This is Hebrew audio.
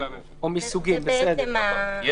בסדר, או מסוגים.